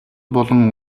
болон